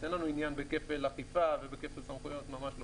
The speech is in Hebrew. אין לנו עניין בכפל אכיפה ובכפל סמכויות, ממש לא.